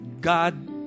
God